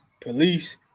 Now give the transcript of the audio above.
police